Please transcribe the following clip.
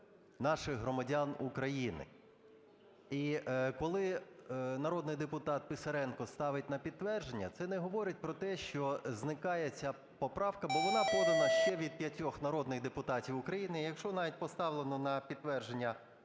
наших громадян України. І коли народний депутат Писаренко ставить на підтвердження, це не говорить про те, що зникає ця поправка, бо вона подана ще від п'ятьох народних депутатів України. Якщо навіть поставлено на підтвердження